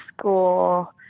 school